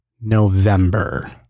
November